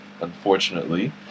unfortunately